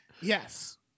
Yes